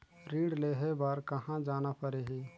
ऋण लेहे बार कहा जाना पड़ही?